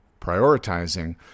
prioritizing